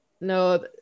no